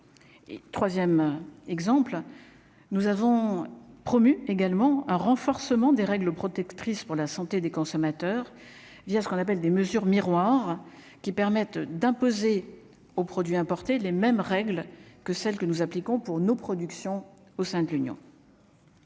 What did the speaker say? et 3ème exemple : nous avons promu également un renforcement des règles protectrices pour la santé des consommateurs via ce qu'on appelle des mesures miroir qui permettent d'imposer aux produits importés, les mêmes règles que celles que nous appliquons pour nos productions au sein de l'Union.